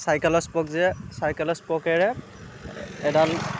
চাইকেলৰ স্পক যে চাইকেলৰ স্পকেৰে এডাল